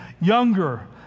younger